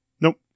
Nope